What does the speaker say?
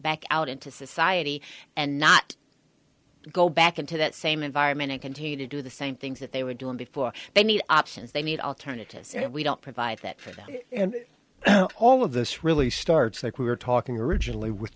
back out into society and not go back into that same environment and continue to do the same things that they were doing before they need options they need alternatives and we don't provide that for them and all of this really starts like we were talking originally with